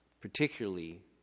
Particularly